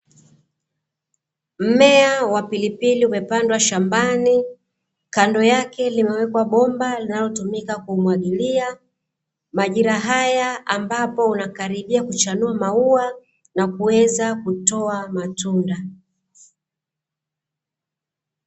Mmea wa pilipili umepandwa shambani kando yake limewekwa bomba linalotumika kumwagilia majira haya ambapo unakaribia kuchanua maua na kuweza kutoa matunda.